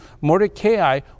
Mordecai